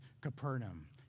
Capernaum